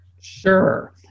Sure